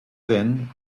then